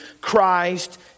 Christ